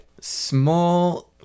small